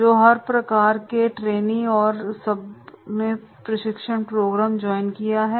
तो हर प्रकार के ट्रेनी हैं और सबने प्रशिक्षण प्रोग्राम ज्वाइन किया है